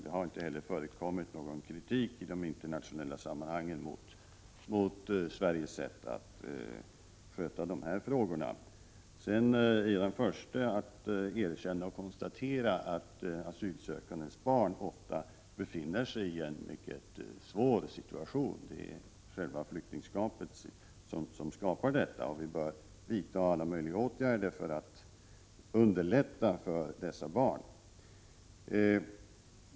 Det har inte heller i internationella sammanhang förekommit någon kritik mot Sveriges sätt att sköta dessa frågor. Jag är dock den första att erkänna och konstatera att barn till asylsökande ofta befinner sig en mycket svår situation. Det är själva flyktingskapet som orsakar detta. Vi bör vidta alla upptänkliga åtgärder för att underlätta för dessa barn.